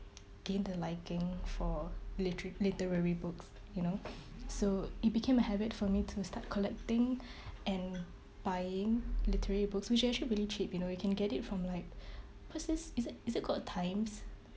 gain the liking for litera~ literary books you know so it became a habit for me to start collecting and buying literary books which are actually really cheap you know you can get it from like is it is it called times